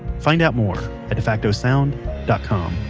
find out more at defactosound dot com.